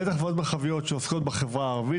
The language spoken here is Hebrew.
בטח בוועדות מרחביות שעוסקות בחברה הערבית.